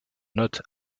note